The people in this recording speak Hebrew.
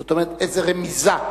זאת אומרת, איזו רמיזה.